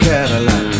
Cadillac